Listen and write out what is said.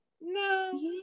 No